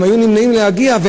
הם היו נמנעים מלהגיע,